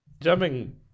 jumping